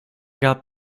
gab